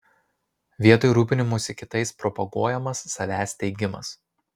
vietoj rūpinimosi kitais propaguojamas savęs teigimas